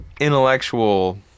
intellectual